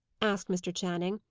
asked mr. channing,